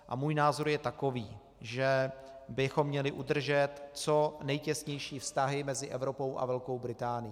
A můj názor je takový, že bychom měli udržet co nejtěsnější vztahy mezi Evropou a Velkou Británií.